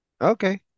Okay